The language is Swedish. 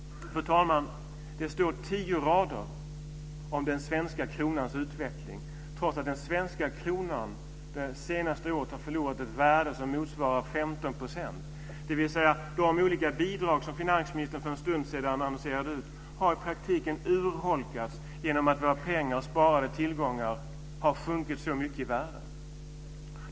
Fru talman! Det står tio rader om den svenska kronans utveckling, trots att den svenska kronan det senaste året har förlorat motsvarande 15 % i värde. De olika bidrag som finansministern för en stund sedan annonserade ut har alltså i praktiken urholkats genom att våra sparade tillgångar har sjunkit så mycket i värde.